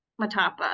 matapa